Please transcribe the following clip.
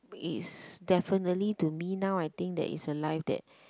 is definitely to me now I think that is a life that